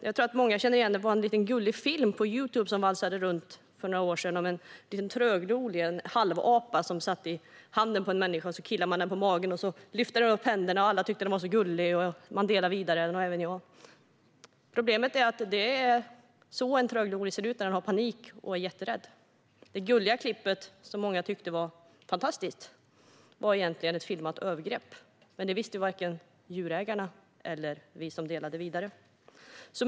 Jag tror att många kommer ihåg en liten gullig film som valsade runt på Youtube för några år sedan om en liten tröglori, en halvapa, som satt i handen på en människa. När man killade den på magen lyfte den upp händerna, och alla tyckte att den var så gullig. Detta delades vidare, och det gjorde även jag. Problemet är att det är så en tröglori ser ut när den har panik och är jätterädd. Det gulliga klippet, som många tyckte var fantastiskt, var egentligen ett filmat övergrepp. Men det visste varken djurägarna eller vi som delade detta vidare.